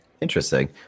Interesting